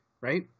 Right